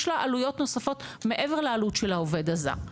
יש לה עלויות נוספות מעבר לעלות של העובד הזר,